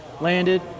Landed